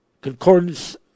concordance